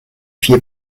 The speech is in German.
vier